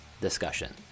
discussion